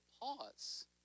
pause